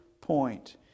point